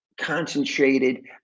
concentrated